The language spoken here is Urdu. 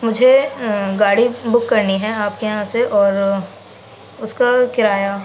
مجھے گاڑی بک کرنی ہے آپ کے یہاں سے اور اس کا کرایہ